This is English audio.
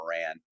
Moran